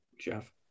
Jeff